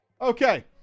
okay